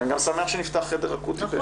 אני גם שמח שנפתח חדר אקוטי.